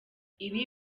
ibi